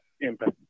impact